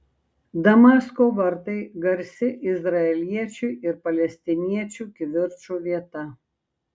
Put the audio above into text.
damasko vartai garsi izraeliečių ir palestiniečių kivirčų vieta